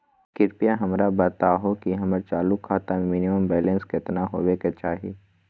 कृपया हमरा बताहो कि हमर चालू खाता मे मिनिमम बैलेंस केतना होबे के चाही